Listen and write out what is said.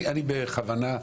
אני בכוונה,